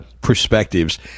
perspectives